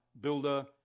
builder